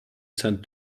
sent